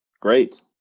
Great